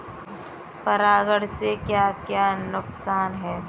परागण से क्या क्या नुकसान हैं?